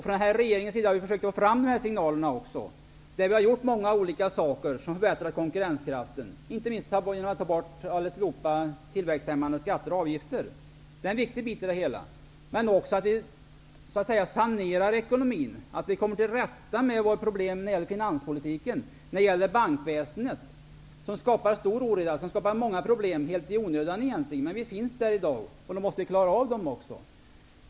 Den här regeringen har försökt få fram dessa signaler. Vi har genomfört många saker som förbättrat konkurrenskraften, inte minst genom att slopa tillväxthämmande skatter och avgifter. Det är en viktig bit i det hela. Vi måste också sanera ekonomin. Vi måste komma till rätta med våra problem när det gäller finanspolitiken och bankväsendet. De skapar stor oreda, som i sin tur skapar många problem helt i onödan. Men de finns där i dag, och därför måste vi klara av dem också.